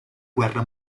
guerra